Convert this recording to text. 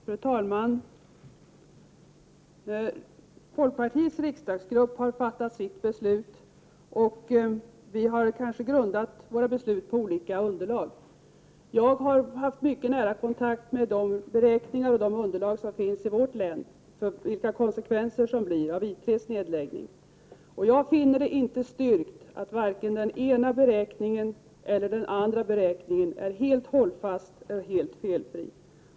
Fru talman! Folkpartiets riksdagsgrupp har fattat sitt beslut. Vi har kanske grundat våra beslut på olika underlag. Jag har haft mycket nära kontakt med vårt län och tagit del av de beräkningar, det underlag som finns rörande vilka konsekvenser det blir av I 3:s nedläggning. Jag finner det inte styrkt att vare sig den ena eller den andra beräkningen är helt hållfast eller helt felfri.